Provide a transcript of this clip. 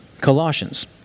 Colossians